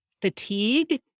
fatigue